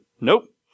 nope